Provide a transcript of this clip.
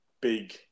big